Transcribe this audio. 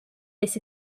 this